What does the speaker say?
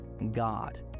God